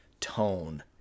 tone